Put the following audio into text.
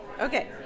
Okay